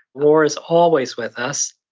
war is always with us.